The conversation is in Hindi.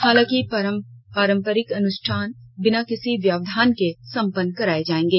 हालांकि पारम्परिक अनुष्ठान बिना किसी व्यवधान के सम्पन्न कराए जाएंगे